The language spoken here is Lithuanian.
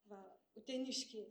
va uteniškiai